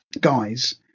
guys